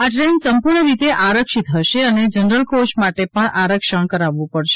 આ દ્રેન સંપૂર્ણ રીતે આરક્ષિત હશે અને જનરલ કોચ માટે પણ આરક્ષણ કરાવવું પડશે